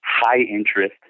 high-interest